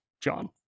John